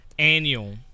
Annual